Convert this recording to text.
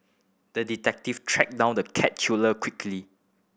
the detective tracked down the cat killer quickly